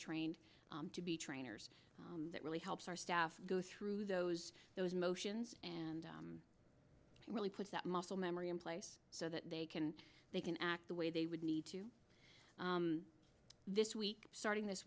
trained to be trainers that really helps our staff go through those those motions and really put that muscle memory in place so that they can they can act the way they would need to this week starting this